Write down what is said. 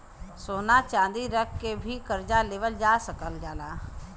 सोना चांदी रख के भी करजा लेवल जा सकल जाला